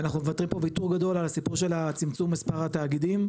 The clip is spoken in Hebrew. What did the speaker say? אנו מוותרים ויתור גדול על הסיפור של צמצום מספר התאגידים.